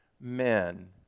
men